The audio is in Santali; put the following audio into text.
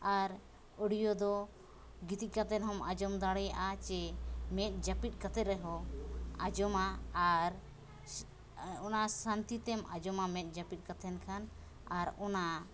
ᱟᱨ ᱚᱰᱤᱭᱳ ᱫᱚ ᱜᱤᱛᱤᱡ ᱠᱟᱛᱮᱫ ᱦᱚᱸᱢ ᱟᱸᱡᱚᱢ ᱫᱟᱲᱮᱭᱟᱜᱼᱟ ᱥᱮ ᱢᱮᱫ ᱡᱟᱹᱯᱤᱫ ᱠᱟᱛᱮ ᱨᱮᱦᱚᱸ ᱟᱸᱡᱚᱢᱟ ᱟᱨ ᱚᱱᱟ ᱥᱟᱱᱛᱤᱛᱮᱢ ᱟᱸᱡᱚᱢᱟ ᱢᱮᱫ ᱡᱟᱯᱤᱫ ᱠᱟᱛᱮᱱ ᱠᱷᱟᱱ ᱟᱨ ᱚᱱᱟ